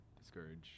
Discourage